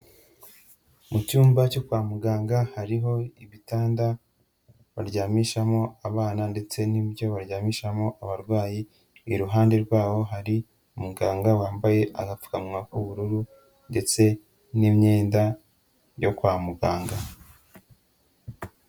Mu cyumba cyo kwa muganga hariho ibitanda baryamishamo abana ndetse n'ibyo baryamishamo abarwayi, iruhande rwabo hari umuganga wambaye agapfukamunwa k'ubururu ndetse n'imyenda yo kwa muganga.